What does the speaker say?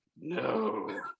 No